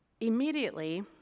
Immediately